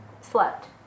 slept